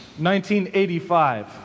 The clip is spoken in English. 1985